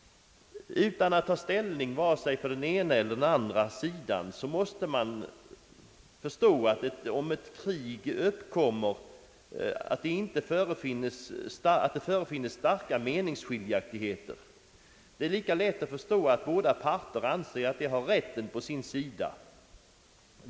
Utan att ta ställning vare sig för den ena eller andra sidan måste man förstå att om ett krig uppkommer förefinns det starka meningsskiljaktigheter. Det är lika lätt att förstå att båda parter anser att de har rätten på sin sida.